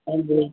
ਹਾਂਜੀ